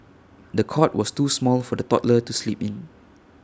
the cot was too small for the toddler to sleep in